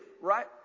Right